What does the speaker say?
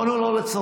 יכולנו לא לצרף.